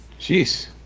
Jeez